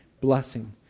blessing